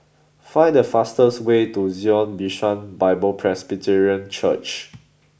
find the fastest way to Zion Bishan Bible Presbyterian Church